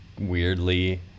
weirdly